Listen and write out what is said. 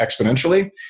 exponentially